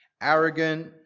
Arrogant